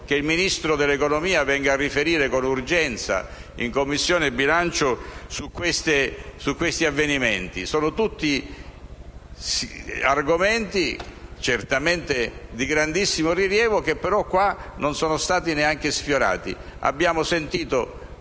che il Ministro dell'economia venga a riferire con urgenza in Commissione bilancio su questi avvenimenti. Sono tutti argomenti certamente di grandissimo rilievo, che però qua non sono stati neanche sfiorati. Abbiamo sentito